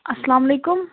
السلام علیکُم